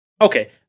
Okay